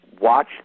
watch